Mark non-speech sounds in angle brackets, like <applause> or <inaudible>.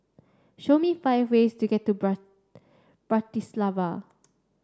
show me five ways to get to <unintelligible> Bratislava